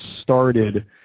started